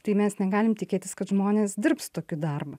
tai mes negalim tikėtis kad žmonės dirbs tokį darbą